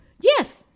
Yes